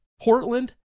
Portland